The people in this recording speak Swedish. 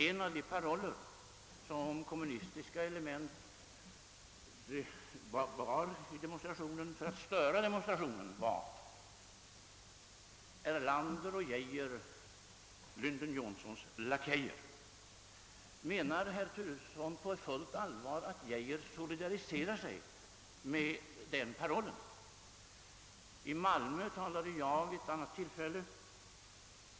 En av de paroller som kommunistiska element bar i demonstrationståget för att störa demonstrationen var: »Erlander och Geijer — Lyndon Johnsons lakejer.» Menar herr Turesson på fullt allvar att Arne Geijer solidariserar sig med den parollen? Vid ett annat tillfälle talade jag i Malmö.